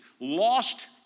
lost